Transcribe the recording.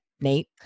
Nate